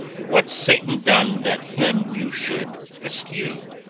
what's satan done that him you should eschew?